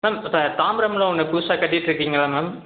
ma'am இப்போ தாம்பரமில் ஒன்று புதுசாக கட்டிகிட்ருக்கீங்கள்ல மேம்